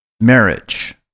marriage